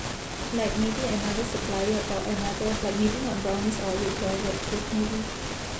like maybe another supplier or another like maybe not brownies or red velvet cake maybe